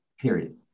period